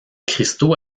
cristaux